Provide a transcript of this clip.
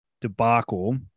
debacle